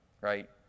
Right